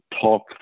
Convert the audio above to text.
talk